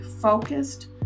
focused